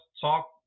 talk